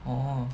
oh